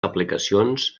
aplicacions